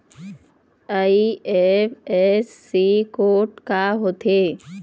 IFSC code का होथे?